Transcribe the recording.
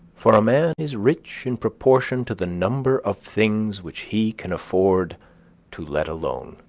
for a man is rich in proportion to the number of things which he can afford to let alone.